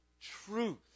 truth